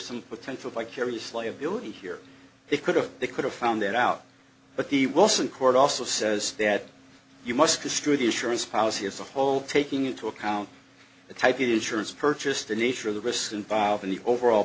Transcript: some potential vicarious liability here they could have they could have found that out but the wilson court also says that you must destroy the insurance policy as a whole taking into account the type insurance purchased the nature of the risk involved in the overall